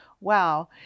Wow